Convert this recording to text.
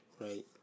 Right